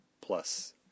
Plus